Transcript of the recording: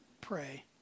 Pray